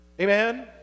Amen